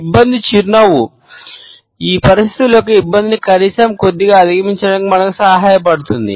ఇబ్బంది చిరునవ్వు ఈ పరిస్థితుల యొక్క ఇబ్బందిని కనీసం కొద్దిగా అధిగమించడానికి మనకు సహాయపడుతుంది